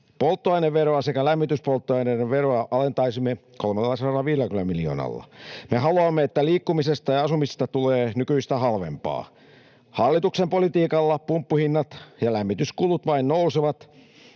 polttoaineveroa sekä lämmityspolttoaineiden veroa alentaisimme 350 miljoonalla. Me haluamme, että liikkumisesta ja asumisesta tulee nykyistä halvempaa. Hallituksen politiikalla pumppuhinnat ja lämmityskulut vain nousevat.